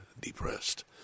depressed